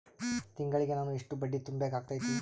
ತಿಂಗಳಿಗೆ ನಾನು ಎಷ್ಟ ಬಡ್ಡಿ ತುಂಬಾ ಬೇಕಾಗತೈತಿ?